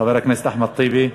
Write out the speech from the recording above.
חבר הכנסת אחמד טיבי,